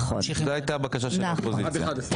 הנחת העבודה היא שהקואליציה לא תבקש להצביע על הסתייגויות